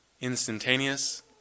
instantaneous